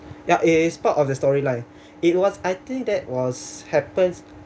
ya it is part of the storyline it was I think that was happens